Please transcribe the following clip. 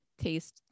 taste